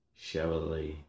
Chevrolet